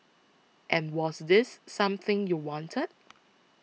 and was this something you wanted